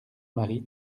marie